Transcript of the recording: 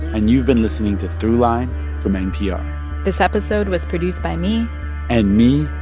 and you've been listening to throughline from npr this episode was produced by me and me.